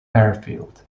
airfield